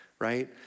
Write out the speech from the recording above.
right